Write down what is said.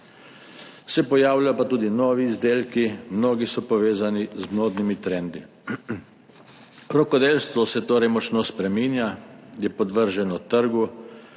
pa pojavljajo tudi novi izdelki, mnogi so povezani z modnimi trendi. Rokodelstvo se torej močno spreminja, podvrženo je trgu.